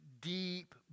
deep